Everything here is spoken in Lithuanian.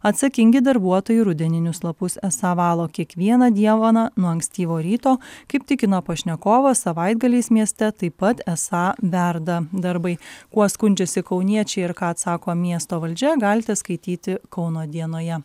atsakingi darbuotojai rudeninius lapus esą valo kiekvieną dieną nuo ankstyvo ryto kaip tikino pašnekovas savaitgaliais mieste taip pat esą verda darbai kuo skundžiasi kauniečiai ir ką atsako miesto valdžia galite skaityti kauno dienoje